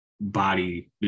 body